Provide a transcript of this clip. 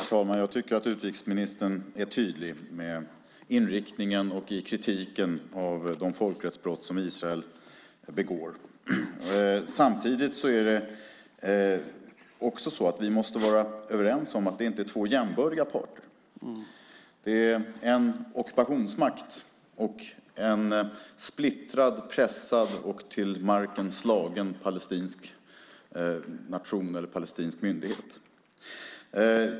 Herr talman! Jag tycker att utrikesministern är tydlig med inriktningen och i kritiken av de folkrättsbrott som Israel begår. Samtidigt måste vi vara överens om att det inte är två jämbördiga parter. Det är en ockupationsmakt och en splittrad, pressad och till marken slagen palestinsk nation eller palestinsk myndighet.